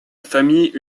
famille